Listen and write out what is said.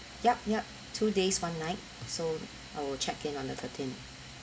yup yup two days one night so I will check in on the thirteen